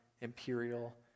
imperial